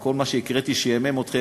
כל מה שהקראתי שעמם אתכם,